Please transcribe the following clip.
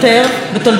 כעובדה,